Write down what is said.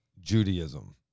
Judaism